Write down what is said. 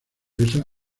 esa